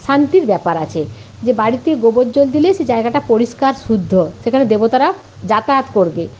শান্তির ব্যাপার আছে যে বাড়িতে গোবর জল দিলে সে জায়গাটা পরিষ্কার শুদ্ধ সেখানে দেবতারা যাতায়াত করবে